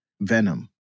venom